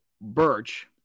Birch